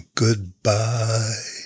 goodbye